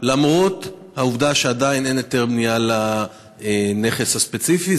למרות העובדה שעדיין אין היתר בנייה לנכס הספציפי.